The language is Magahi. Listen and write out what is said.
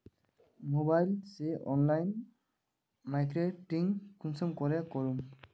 मोबाईल से ऑनलाइन मार्केटिंग कुंसम के करूम?